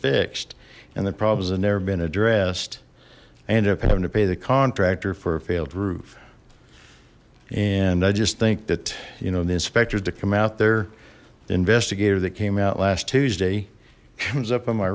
fixed and the problems have never been addressed i ended up having to pay the contractor for a failed roof and i just think that you know the inspectors that come out there the investigator that came out last tuesday comes up on my